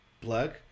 plug